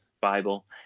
Bible